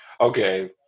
Okay